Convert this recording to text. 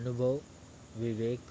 अनुभव विवेक